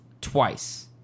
twice